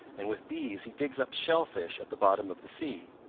and with these he digs up shellfish at the bottom of the sea.